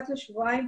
אחת לשבועיים,